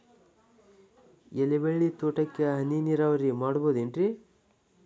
ಎಲೆಬಳ್ಳಿ ತೋಟಕ್ಕೆ ಹನಿ ನೇರಾವರಿ ಮಾಡಬಹುದೇನ್ ರಿ?